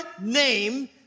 name